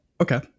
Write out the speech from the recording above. Okay